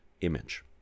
image